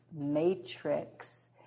matrix